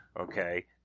okay